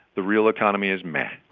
the real economy is meh